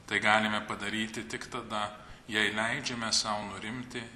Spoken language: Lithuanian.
tai galime padaryti tik tada jei leidžiame sau nurimti